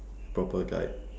proper guide